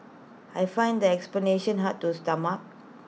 I find that explanation hard to stomach